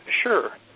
Sure